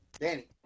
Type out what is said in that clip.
Danny